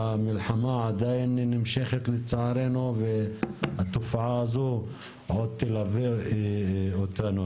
המלחמה עדיין נמשכת לצערנו והתופעה הזו עוד תלווה אותנו.